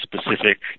specific